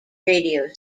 radio